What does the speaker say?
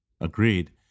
Agreed